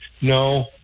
No